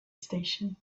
station